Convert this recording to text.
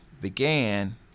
began